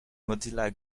mozilla